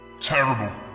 Terrible